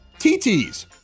TTs